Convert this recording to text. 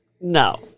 No